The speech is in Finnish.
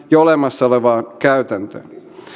jo olemassa olevaan käytäntöön